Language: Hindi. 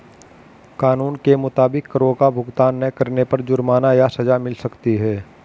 कानून के मुताबिक, करो का भुगतान ना करने पर जुर्माना या सज़ा मिल सकती है